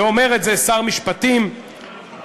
ואומר את זה שר משפטים מוערך.